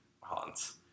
haunts